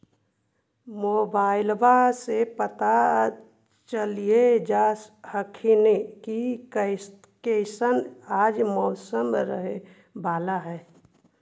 मोबाईलबा से पता चलिये जा हखिन की कैसन आज मौसम रहे बाला है?